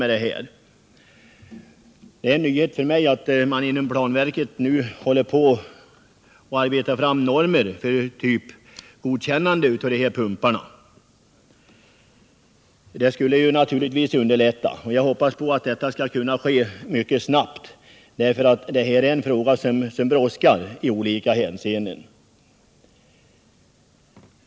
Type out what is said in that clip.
Det är en nyhet för mig att man inom planverket nu håller på att arbeta fram normer för typgodkännande av pumparna. Det skulle naturligtvis underlätta, och jag hoppas att detta skall kunna ske mycket snabbt, därför att det är en fråga som brådskar.